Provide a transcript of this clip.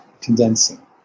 condensing